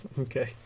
Okay